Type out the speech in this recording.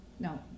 No